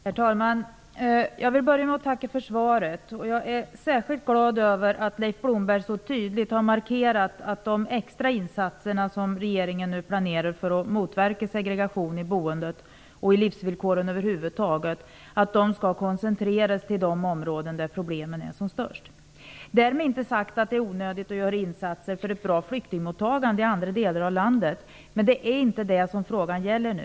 Herr talman! Jag vill börja med att tacka för svaret. Jag är särskilt glad över att Leif Blomberg så tydligt har markerat att de extra insatser som regeringen nu planerar för att motverka segregation i boendet och i livsvillkoren över huvud taget skall koncentreras till de områden där problemen är som störst. Därmed inte sagt att det är onödigt att göra insatser för ett bra flyktingmottagande i andra delar av landet. Men det är inte detta som frågan gäller nu.